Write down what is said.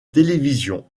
télévision